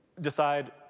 decide